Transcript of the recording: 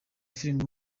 filime